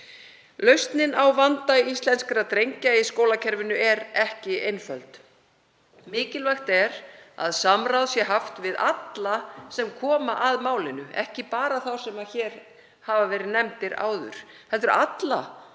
Lausnin á vanda íslenskra drengja í skólakerfinu er ekki einföld. Mikilvægt er að samráð sé haft við alla sem koma að málinu, ekki bara þá sem áður hafa verið nefndir, og það sé sem